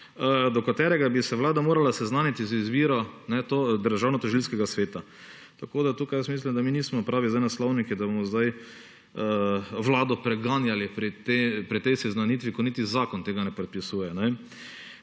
do katerega bi se Vlada morala seznaniti s to izbiro Državnotožilskega sveta. Tukaj mislim, da mi nismo pravi naslovniki, da bomo zdaj Vlado preganjali pri tej seznanitvi, ko niti zakon tega ne predpisuje.